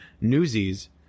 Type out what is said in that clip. Newsies